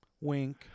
Wink